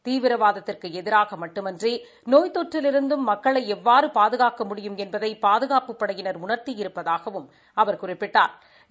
தீவிரவாதத்துக்கு எதிராக மட்டுமன்றி நோய் தொற்றிலிருந்தும் மக்களை எவ்வாறு பாதுகாக்க முடியும் என்பதை பாதுகாப்புப் படையினா் உணா்த்தி இருப்பதாகவும் அவா் குறிப்பிட்டாா்